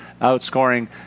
outscoring